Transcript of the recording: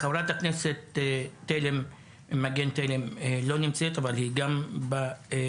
חברת הכנסת מגן תלם לא נמצאת אבל היא גם ביוזמים.